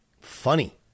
funny